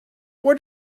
what